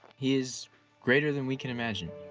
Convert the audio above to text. he is greater than we can imagine,